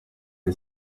ari